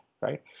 Right